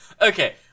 Okay